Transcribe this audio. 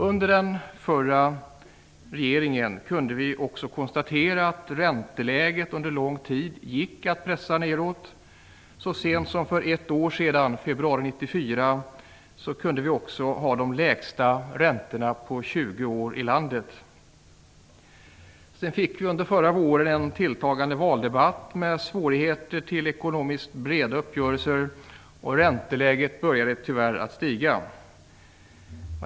Under den förra regeringen kunde vi konstatera att ränteläget under lång tid gick att pressa nedåt. Så sent som för ett år sedan, i februari 94, hade vi också de lägsta räntorna på 20 år i landet. Under förra våren fick vi en tilltagande valdebatt och svårigheter att träffa breda ekonomiska uppgörelser. Ränteläget började tyvärr att stiga.